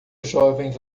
jovens